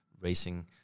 racing